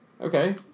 Okay